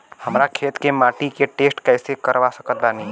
हमरा खेत के माटी के टेस्ट कैसे करवा सकत बानी?